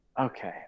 okay